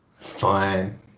Fine